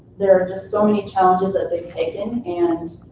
there are just so many challenges that they've taken and